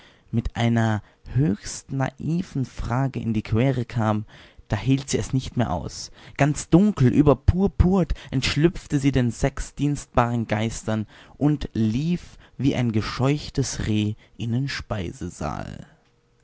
mit einer höchst naiven frage in die quere kam da hielt sie es nicht mehr aus ganz dunkel überpurpurt entschlüpfte sie den sechs dienstbaren geistern und lief wie ein gescheuchtes reh in den speisesaal